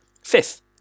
fifth